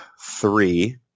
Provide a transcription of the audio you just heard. three